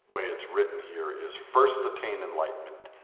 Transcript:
way it's written, here is first, attain enlightenment,